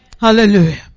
Hallelujah